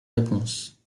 réponses